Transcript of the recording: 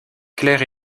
claire